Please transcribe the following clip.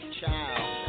child